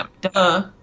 duh